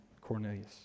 Cornelius